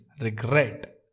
regret